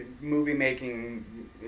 movie-making